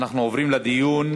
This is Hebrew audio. אנחנו עוברים לדיון,